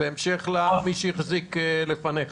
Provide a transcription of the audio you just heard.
בהמשך למי שהחזיק לפניך.